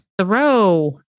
throw